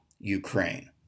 Ukraine